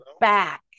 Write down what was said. back